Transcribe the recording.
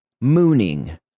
Mooning